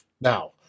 now